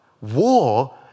War